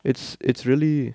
it's it's really